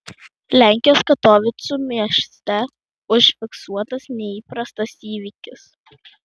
lenkijos katovicų mieste užfiksuotas neįprastas įvykis